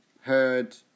heard